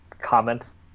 comments